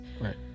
Right